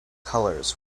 colours